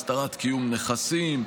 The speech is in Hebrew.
הסתרת קיום נכסים,